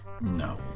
No